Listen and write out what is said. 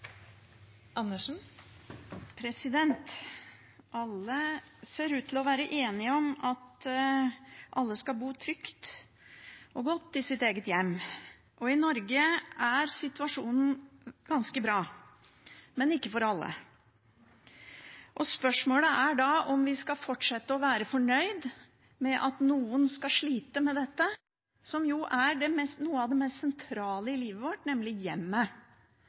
minutter. Alle ser ut til å være enige om at alle skal bo trygt og godt i sitt eget hjem. I Norge er situasjonen ganske bra, men ikke for alle. Spørsmålet er da om vi skal fortsette å være fornøyd med at noen skal slite med det som jo er noe av det mest sentrale i livet vårt, nemlig hjemmet,